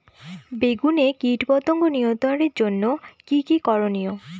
বেগুনে কীটপতঙ্গ নিয়ন্ত্রণের জন্য কি কী করনীয়?